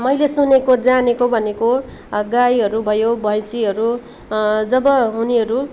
मैले सुनेको जानेको भनेको गाईहरू भयो भैँसीहरू जब उनीहरू